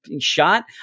shot